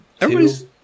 Everybody's